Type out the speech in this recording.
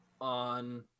On